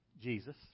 Jesus